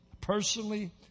personally